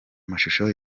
mashusho